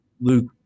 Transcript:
Luke